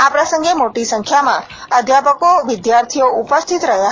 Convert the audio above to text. આ પ્રસંગે મોટી સંખ્યામાં અધ્યાપકો વિદ્યાર્થીઓ ઉપસ્થિત રહ્યા હતા